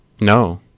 No